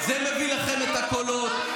זה מביא לכם את הקולות.